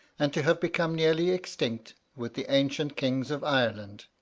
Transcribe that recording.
and to have become nearly extinct, with the ancient kings of ireland,